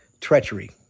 treachery